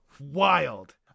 Wild